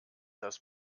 das